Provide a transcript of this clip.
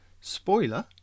Spoiler